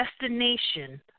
destination